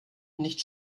nicht